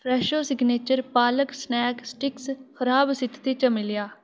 Fresho signature palak snack sticks खराब स्थिति च मिलेआ